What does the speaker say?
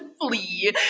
flee